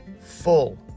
full